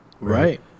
Right